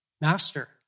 Master